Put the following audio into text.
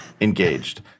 engaged